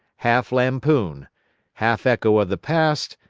half lampoon half echo of the past,